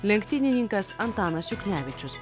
lenktynininkas antanas juknevičius